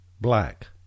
black